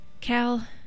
Cal